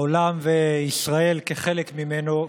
העולם, וישראל כחלק ממנו,